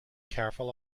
careful